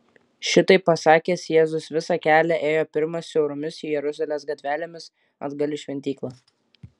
šitaip pasakęs jėzus visą kelią ėjo pirmas siauromis jeruzalės gatvelėmis atgal į šventyklą